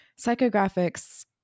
psychographics